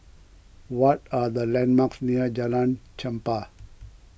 what are the landmarks near Jalan Chempah